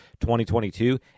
2022